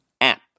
app